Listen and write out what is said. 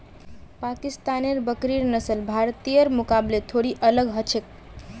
पाकिस्तानेर बकरिर नस्ल भारतीयर मुकाबले थोड़ी अलग ह छेक